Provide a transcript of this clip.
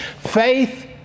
Faith